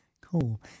Cool